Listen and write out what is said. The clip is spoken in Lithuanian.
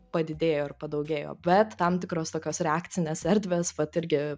padidėjo ir padaugėjo bet tam tikros tokios reakcinės erdvės vat irgi